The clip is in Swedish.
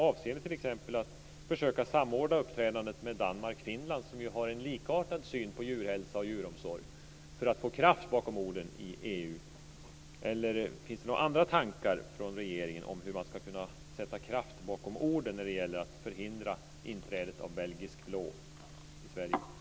Avser man t.ex. att försöka samordna uppträdandet med Danmark och Finland, som ju har en likartad syn på djurhälsa och djuromsorg, för att få kraft bakom orden i EU? Eller finns det några andra tankar från regeringen om hur man skall kunna sätta kraft bakom orden när det gäller att förhindra inträdet av belgisk blå i Sverige?